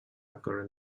occur